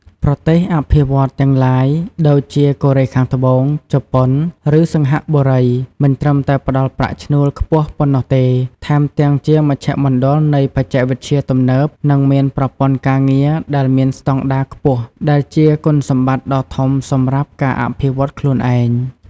ប្រទេសអភិវឌ្ឍន៍ទាំងឡាយ ដូចជាកូរ៉េខាងត្បូង ជប៉ុន ឬសិង្ហបុរី មិនត្រឹមតែផ្ដល់ប្រាក់ឈ្នួលខ្ពស់ប៉ុណ្ណោះទេ ថែមទាំងជាមជ្ឈមណ្ឌលនៃបច្ចេកវិទ្យាទំនើប និងមានប្រព័ន្ធការងារដែលមានស្តង់ដារខ្ពស់ ដែលជាគុណសម្បត្តិដ៏ធំសម្រាប់ការអភិវឌ្ឍខ្លួនឯង។